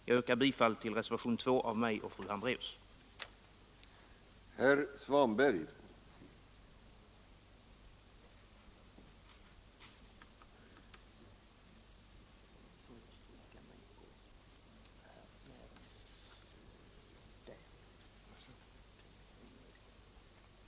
Jag yrkar bifall till reservationen 2 av fru Hambraeus och mig.